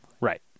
Right